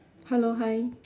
hello hi